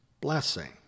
blessing